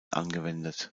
angewendet